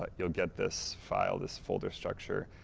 like you'll get this file, this folder structure,